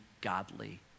godly